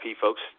folks